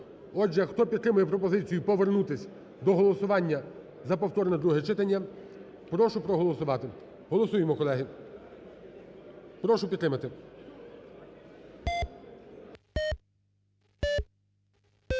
Отже, хто підтримує пропозицію повернутись до голосування за повторне друге читання, прошу проголосувати. Голосуємо, колеги. Прошу підтримати.